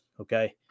okay